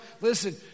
Listen